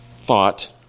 thought